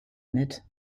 unit